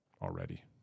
Already